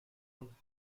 von